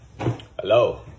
Hello